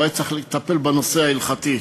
והוא היה צריך לטפל בנושא ההלכתי.